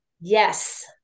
Yes